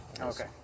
Okay